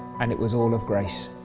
and it was all of grace.